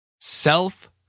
Self